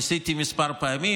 ניסיתי כמה פעמים,